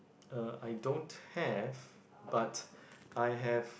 uh I don't have but I have